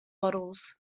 bottles